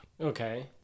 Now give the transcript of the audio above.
Okay